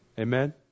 Amen